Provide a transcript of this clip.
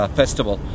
festival